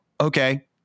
okay